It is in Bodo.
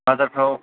बाजारफ्राव